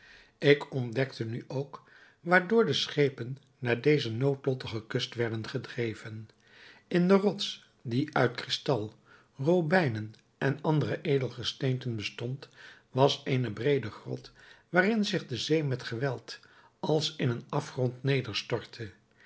ik ontdekte nu ook waardoor de schepen naar deze noodlottige kust werden gedreven in de rots die uit kristal robijnen en andere edelgesteenten bestond was eene breede grot waarin zich de zee met geweld als in een afgrond